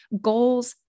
goals